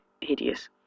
hideous